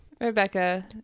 Rebecca